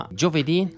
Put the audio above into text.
giovedì